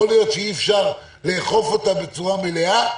יכול להיות שאי אפשר לאכוף אותה בצורה מלאה,